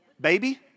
baby